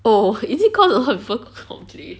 oh is it cause a lot of people complain